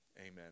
amen